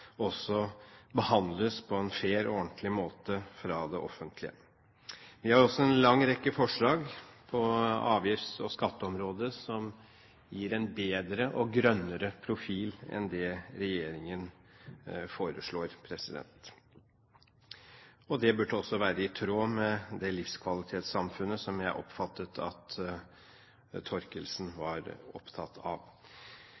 også behandles på en fair og ordentlig måte fra det offentlige. Vi har også en lang rekke forslag på avgifts- og skatteområdet, som gir en bedre og grønnere profil enn det regjeringen foreslår. Det burde også være i tråd med det livskvalitetssamfunnet som jeg oppfattet at